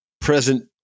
present